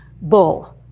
bull